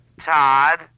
Todd